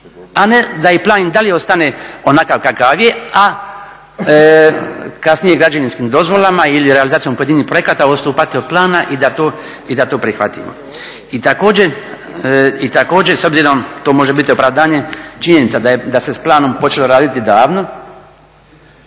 a ne da i plan i dalje ostane onakav kakav je, a kasnije građevinskim dozvolama ili realizacijom pojedinih projekata odstupati od plana i da to prihvatimo. I također s obzirom, to može biti opravdanje, činjenica je da se s planom počelo raditi davno